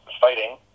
fighting